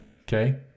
Okay